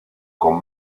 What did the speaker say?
con